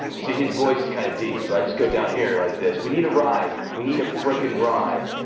so his voice is kind of deep. so i just go down here like this. we need a ride. we need a frickin ride,